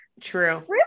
True